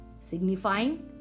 signifying